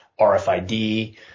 RFID